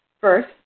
First